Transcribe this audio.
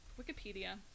wikipedia